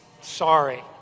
Sorry